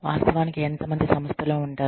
వాస్తవానికి ఎంత మంది సంస్థలో ఉంటారు